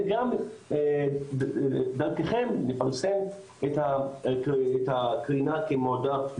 וגם דרככם לפרסם את קרינה כמועדף,